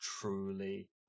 truly